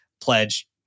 pledge